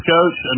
Coach